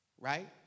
right